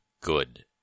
Good